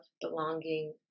belonging